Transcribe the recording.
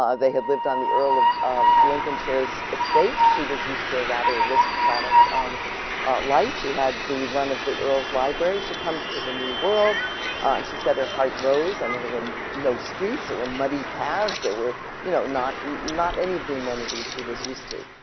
ah they had lived on the earl of um lincolnshire's estate. she was used to a rather aristocratic um life. she had the run of the earl's library. she comes to the new world, and she said her heart rose. i mean there were no streets, there were muddy paths, there were you know not not any of the amenities she was used to.